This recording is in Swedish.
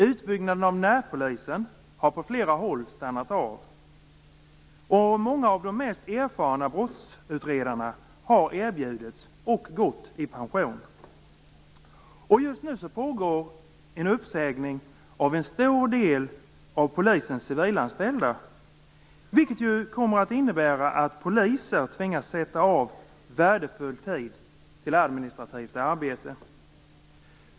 Utbyggnaden av närpolisen har på flera håll stannat av. Många av de mest erfarna brottsutredarna har erbjudits och gått i pension. Just nu pågår uppsägningar av en stor del av polisens civilanställda, vilket kommer att innebära att poliser tvingas sätta av värdefull tid till administrativt arbete.